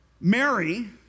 Mary